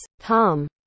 Tom